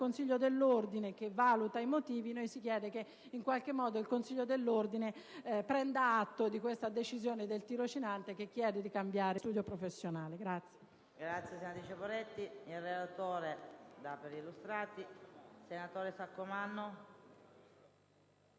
Consiglio dell'Ordine, che valuta e notifica, si chiede cioè che il Consiglio dell'Ordine prenda atto di tale decisione del tirocinante che chiede di cambiare studio professionale.